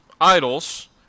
Idols